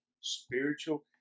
spiritual